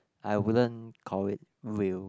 I wouldn't call it real